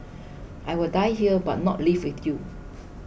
I will die here but not leave with you